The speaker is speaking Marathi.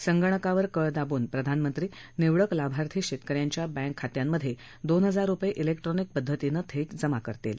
संगणकावर कळ दाबून प्रधानमंत्री निवडक लाभार्थी शेतकऱ्यांच्या बँक खात्यांमध्ये दोन हजार रुपये इलेक्ट्रॉनिक पद्धतीनं थेट जमा करतील